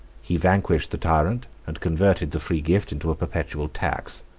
he vanquished the tyrant, and converted the free gift into a perpetual tax.